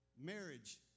Marriage